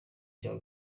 cya